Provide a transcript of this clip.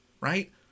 right